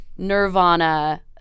Nirvana